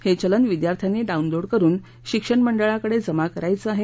हे चलन विद्यार्थ्यांनी डाऊनलोड करून शिक्षण मंडळाकडे जमा करायचं आहे